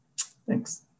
Thanks